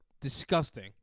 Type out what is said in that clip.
disgusting